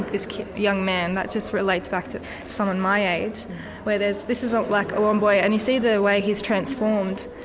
this young man, that just relates back to someone my age where there's. this is, ah like, ah one boy, and you see the way he's transformed,